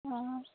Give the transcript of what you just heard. অঁ